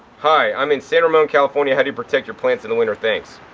hi, i'm in san ramon, california. how do you protect your plants in the winter? thanks.